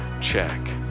check